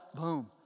boom